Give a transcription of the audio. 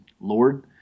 Lord